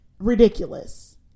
ridiculous